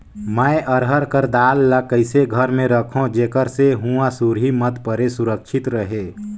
मैं अरहर कर दाल ला कइसे घर मे रखों जेकर से हुंआ सुरही मत परे सुरक्षित रहे?